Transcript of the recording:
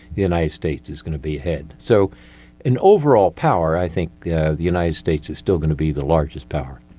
the united states is going to be ahead. so in overall power i think the the united states is still going to be the largest power.